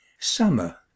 Summer